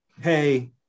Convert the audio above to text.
Hey